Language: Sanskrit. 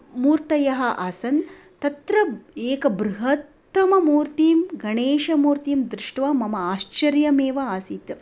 मूर्तयः आसन् तत्र एका बृहत्तममूर्तिं गणेशमूर्तिं दृष्ट्वा मम आश्चर्यमेव आसीत्